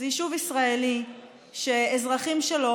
זה יישוב ישראלי שאזרחים שלו,